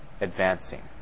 advancing